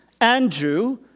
Andrew